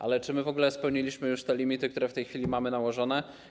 Ale czy my w ogóle spełniliśmy już limity, które w tej chwili mamy nałożone?